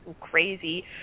crazy